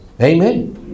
Amen